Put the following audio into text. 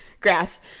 grass